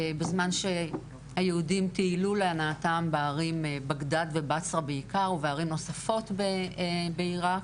בזמן שהיהודים טיילו להנאתם בערים בגדד ובצרה בעיקר וערים נוספות בעירק,